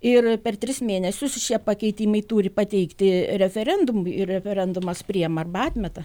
ir per tris mėnesius šie pakeitimai turi pateikti referendumui ir referendumas priima arba atmeta